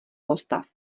postav